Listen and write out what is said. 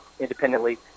independently